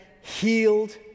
healed